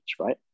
right